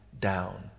down